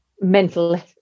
mental